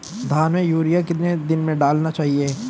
धान में यूरिया कितने दिन में डालना चाहिए?